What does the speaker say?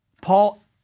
Paul